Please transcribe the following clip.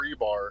Rebar